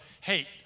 hate